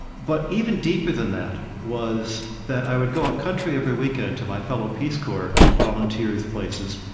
but even deeper than that was that i would go up country every weekend to my fellow peace corps volunteers' places,